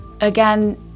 again